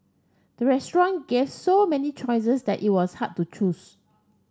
the restaurant gave so many choices that it was hard to choose